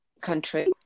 country